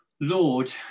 Lord